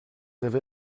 avez